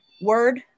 word